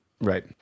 Right